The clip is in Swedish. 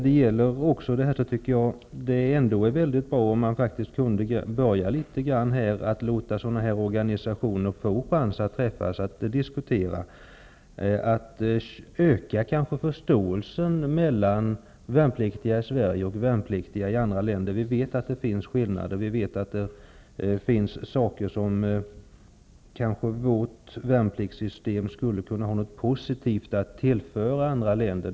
Det vore mycket bra om man kunde börja med att låta sådana här organisa tioner få chans att träffas och diskutera. Det skulle kanske öka förståelsen mellan värnpliktiga i Sverige och värnpliktiga i andra länder. Vi vet att det finns skillnader. Vi vet att det finns områden där vårt värnpliktssystem skulle kunna ha något positivt att tillföra andra länder.